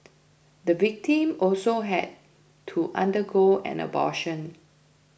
the victim also had to undergo an abortion